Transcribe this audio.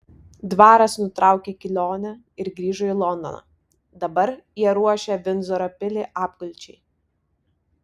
dvaras nutraukė kelionę ir grįžo į londoną dabar jie ruošia vindzoro pilį apgulčiai